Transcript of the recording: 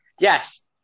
Yes